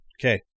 Okay